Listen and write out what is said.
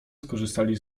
skorzystali